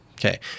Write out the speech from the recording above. Okay